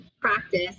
practice